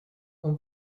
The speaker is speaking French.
ont